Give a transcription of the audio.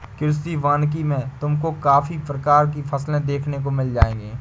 कृषि वानिकी में तुमको काफी प्रकार की फसलें देखने को मिल जाएंगी